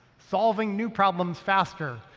solving new problems faster,